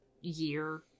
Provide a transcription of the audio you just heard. year